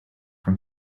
from